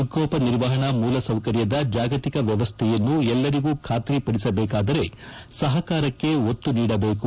ವಿಕೋಪ ನಿರ್ವಹಣಾ ಮೂಲಸೌಕರ್ತದ ಜಾಗತಿಕ ವ್ಯವ್ಯಯನ್ನು ಎಲ್ಲರಿಗೂ ಖಾತ್ರಿಪಡಿಸಬೇಕಾದರೆ ಸಹಾರಕ್ಕೆ ಒತ್ತು ನೀಡಬೇಕು